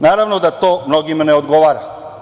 Naravno da to mnogima ne odgovara.